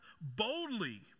boldly